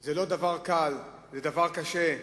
זה לא דבר קל, זה דבר קשה.